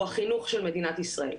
הוא החינוך של מדינת ישראל.